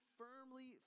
firmly